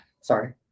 sorry